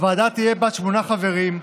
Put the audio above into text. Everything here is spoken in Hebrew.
הוועדה תהיה בת שמונה חברים,